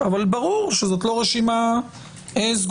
אבל ברור שזאת לא רשימה סגורה.